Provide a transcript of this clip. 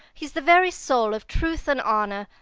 he is the very soul of truth and honour.